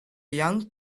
young